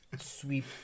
sweep